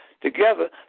together